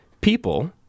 people